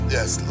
Yes